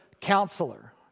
Counselor